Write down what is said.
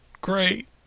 great